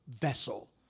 vessel